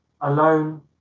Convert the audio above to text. alone